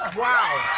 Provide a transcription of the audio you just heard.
ah wow.